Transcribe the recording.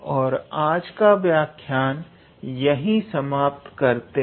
और आज का व्याख्यायन यहीं समाप्त करते हैं